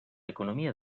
economía